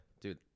dude